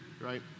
right